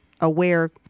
aware